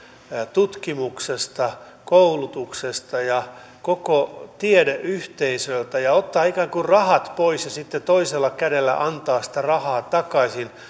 tutkimuksesta koulutuksesta ja koko tiedeyhteisöltä ja ottaa ikään kuin rahat pois ja sitten toisella kädellä antaa sitä rahaa takaisin